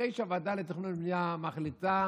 אחרי שהוועדה לתכנון ובנייה מחליטה